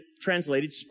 translated